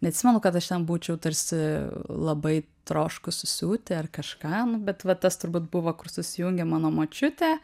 neatsimenu kad aš ten būčiau tarsi labai troškusi siūti ar kažką nu bet va tas turbūt buvo kur susijungia mano močiutė